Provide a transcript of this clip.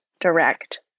direct